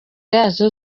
yazo